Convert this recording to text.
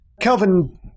Kelvin